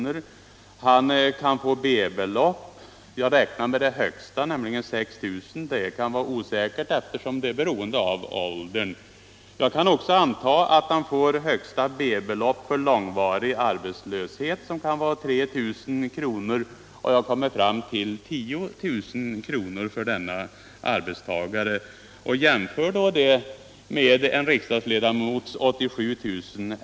Han kan också få B-belopp, och jag har räknat med det högsta beloppet, dvs. 6 000 kr., men detta kan vara osäkert, eftersom det är beroende av ålder. Jag kan vidare anta att han får det högsta B-beloppet för långvarig arbetslöshet, som kan vara 3 000 kr. Jag kommer då fram till totalt 10 000 kr. Jämför då det beloppet med en riksdagsledamots 87 000 kr.